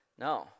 No